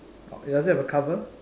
does it have a cover